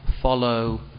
follow